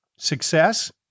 Success